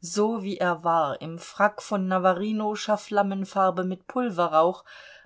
so wie er war im frack von navarinoscher flammenfarbe mit pulverrauch